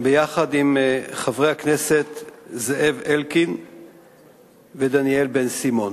ביחד עם חברי הכנסת זאב אלקין ודניאל בן-סימון.